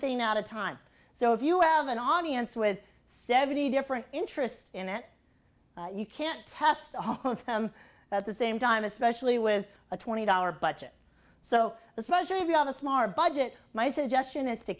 thing at a time so if you have an audience with seventy different interests in it you can't test all of them at the same time especially with a twenty dollar budget so especially if you have a smart budget my suggestion is to